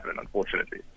unfortunately